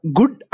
good